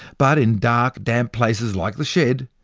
but in dark damp places like the shed,